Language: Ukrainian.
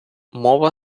мова